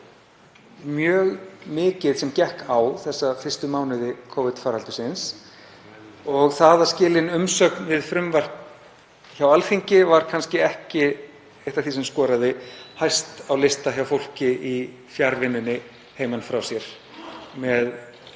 mjög mikið sem gekk á þessa fyrstu mánuði Covid-faraldursins og það að skila inn umsögn við frumvarp hjá Alþingi var kannski ekki eitt af því sem skoraði hæst á lista hjá fólki í fjarvinnu heiman frá sér með